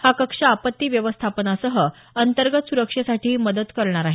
हा कक्ष आपत्ती व्यवस्थापनासह अंतर्गत सुरक्षेसाठीही मदत करणार आहे